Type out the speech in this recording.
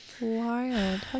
wild